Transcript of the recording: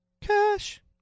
cash